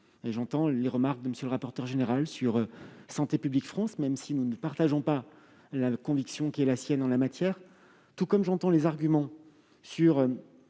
J'entends les remarques de M. le rapporteur général sur Santé publique France, même si nous ne partageons pas la conviction qui est la sienne en la matière, tout comme j'entends les arguments de